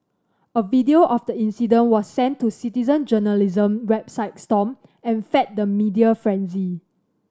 a video of the incident was sent to citizen journalism website Stomp and fed the media frenzy